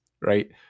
right